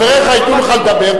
חבריך ייתנו לך לדבר,